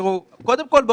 קודם כל,